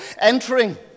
entering